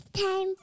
time